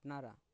ᱟᱯᱱᱟᱨᱟ